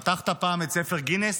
פתחת פעם את ספר גינס?